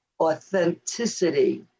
authenticity